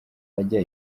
ajya